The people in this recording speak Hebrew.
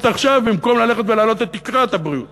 עכשיו במקום ללכת ולהעלות את תקרת הבריאות